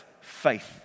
faith